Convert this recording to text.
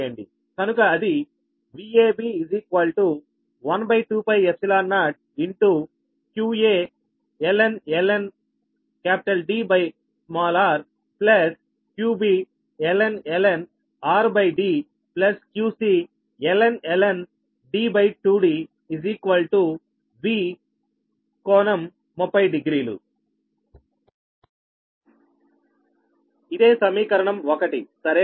కనుక అది Vab 12π0qaln Dr qbln rdqcln D2D V∟300 ఇదే సమీకరణం 1 సరేనా